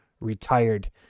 retired